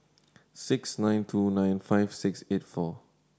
six nine two nine five six eight four